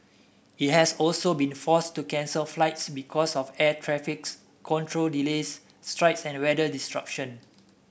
it has also been forced to cancel flights because of air traffic control delays strikes and weather disruption